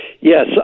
Yes